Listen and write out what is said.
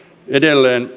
edelleen